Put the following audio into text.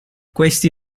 questi